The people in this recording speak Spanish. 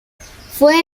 fue